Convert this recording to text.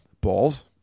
balls